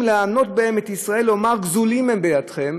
לענות בהם את ישראל לומר: גזולים הם בידכם".